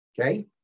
okay